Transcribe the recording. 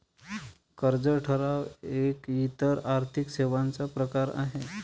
कर्ज ठराव एक इतर आर्थिक सेवांचा प्रकार आहे